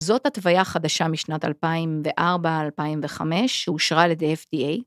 זאת התוויה החדשה משנת 2004-2005 שאושרה על ידי FDA.